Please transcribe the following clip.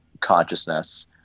consciousness